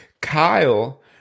Kyle